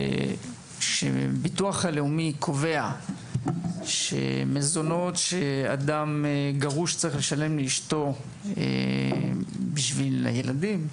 הביטוח הלאומי קובע שמזונות שאדם גרוש צריך לשלם לאשתו בשביל הילדים,